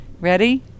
Ready